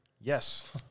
Yes